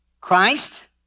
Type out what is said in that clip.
Christ